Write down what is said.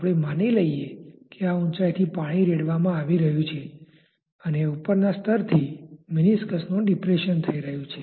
આપણે માની લઇએ કે આ ઉંચાઇથી પાણી રેડવામાં આવી રહ્યું છે અને ઉપરના સ્તરથી મેનિસ્કસનું ડિપ્રેસન થઇ રહ્યું છે